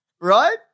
Right